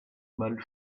mal